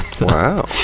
Wow